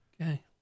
Okay